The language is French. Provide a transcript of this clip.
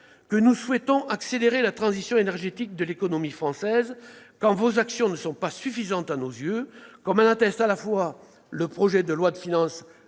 nous souhaitons accélérer la transition énergétique de l'économie française, vos actions n'étant pas suffisantes à nos yeux, comme en attestent, à la fois, le projet de loi de finances